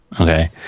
Okay